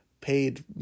paid